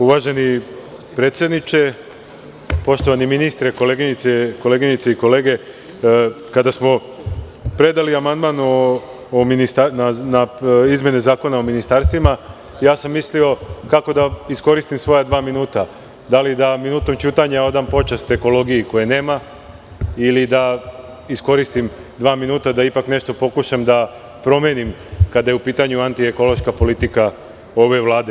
Uvaženi predsedniče, poštovani ministre, koleginice i kolege, kada smo predali amandman na izmene Zakona o ministarstvima, ja sam mislio kako da iskoristim svoja dva minuta, da li da minutom ćutanja odam počast ekologiji koje nema ili da iskoristim dva minuta da ipak nešto pokušam da promenim kada je u pitanju antiekološka politika ove vlade.